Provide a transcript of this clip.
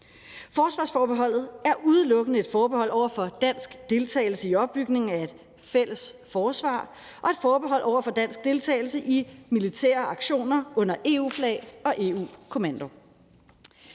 Forsvarsforbeholdet er udelukkende et forbehold over for dansk deltagelse i opbygningen af et fælles forsvar og et forbehold over for dansk deltagelse i militære aktioner under EU-flag og EU-kommando.